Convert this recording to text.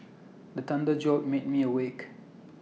the thunder jolt make me awake